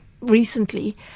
recently